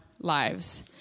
lives